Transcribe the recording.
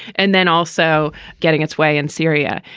and then also getting its way in syria.